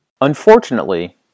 Unfortunately